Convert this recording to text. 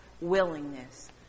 willingness